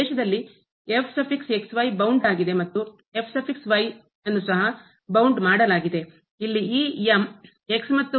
ಆದ್ದರಿಂದ ಆ ಪ್ರದೇಶದಲ್ಲಿ ಬೌಂಡ್ ಆಗಿದೆ ಮತ್ತು ಅನ್ನು ಸಹ ಬೌಂಡ್ ಮಾಡಲಾಗಿದೆ ಇಲ್ಲಿ ಈ M ಮತ್ತು ನಿಂದ ಸ್ವತಂತ್ರವಾಗಿರುತ್ತದೆ